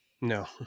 No